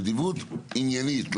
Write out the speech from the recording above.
נדיבות עניינית,